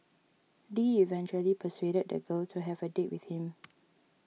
Lee eventually persuaded the girl to have a date with him